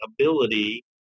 ability